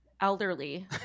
elderly